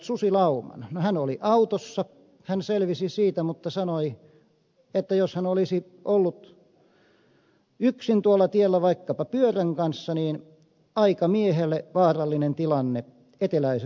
no hän oli autossa hän selvisi siitä mutta sanoi että jos hän olisi ollut yksin tuolla tiellä vaikkapa pyörän kanssa niin olisi ollut aikamiehelle vaarallinen tilanne eteläisessä suomessa